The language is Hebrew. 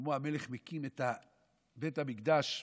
שלמה המלך מקים את בית המקדש,